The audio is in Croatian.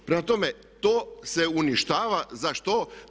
Prema tome, to se uništava, za što?